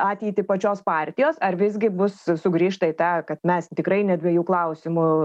ateitį pačios partijos ar visgi bus sugrįžta į tą kad mes tikrai ne dviejų klausimų